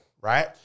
Right